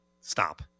Stop